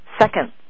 second